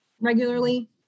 regularly